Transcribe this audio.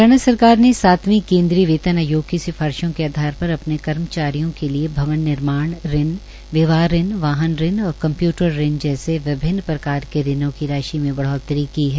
हरियाणा सरकार ने सातवें केन्द्रीय वेतन आयोग की सिफारिशों के आधार पर अपने कर्मचारियों के लिए भवन निर्माण ऋण विवाह ऋण वाहन ऋण और कम्प्यूटर ऋण जैसे विभिन्न प्रकार के ऋणों की राशि में बढ़ोतरी की है